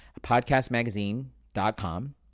podcastmagazine.com